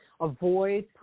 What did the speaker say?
avoid